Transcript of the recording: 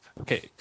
Okay